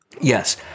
Yes